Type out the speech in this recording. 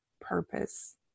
purpose